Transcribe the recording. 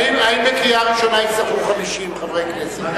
האם בקריאה ראשונה יצטרכו 50 חברי כנסת?